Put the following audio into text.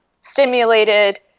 stimulated